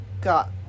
got